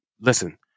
listen